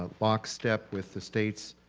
ah box step with the states